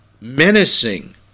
menacing